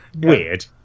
weird